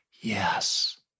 Yes